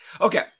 Okay